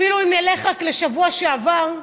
אפילו אם נלך רק לשבוע שעבר,